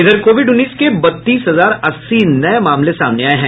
इधर कोविड उन्नीस के बत्तीस हजार अस्सी नए मामले सामने आये हैं